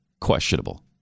questionable